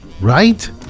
right